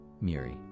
Miri